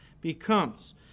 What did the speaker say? becomes